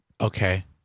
Okay